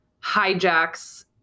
hijacks